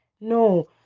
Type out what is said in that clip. No